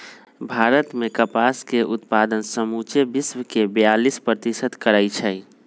भारत मे कपास के उत्पादन समुचे विश्वके बेयालीस प्रतिशत करै छै